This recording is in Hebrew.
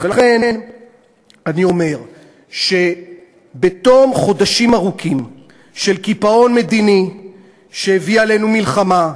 לכן אני אומר שבתום חודשים ארוכים של קיפאון מדיני שהביא עלינו מלחמה,